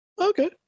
Okay